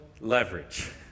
leverage